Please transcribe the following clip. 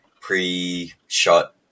pre-shot